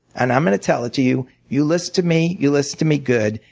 and i'm gonna tell it to you. you listen to me, you listen to me good.